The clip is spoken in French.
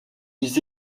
ils